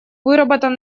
выработан